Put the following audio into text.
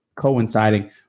coinciding